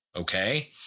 Okay